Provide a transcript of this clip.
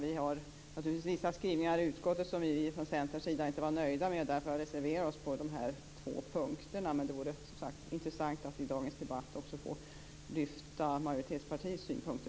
Det finns vissa skrivningar i utskottsbetänkandet som vi från Centerns sida inte var nöjda med. Därför har vi reserverat oss på de två punkterna. Det vore intressant att i dagens debatt få lyfta fram majoritetspartiets synpunkter.